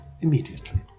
immediately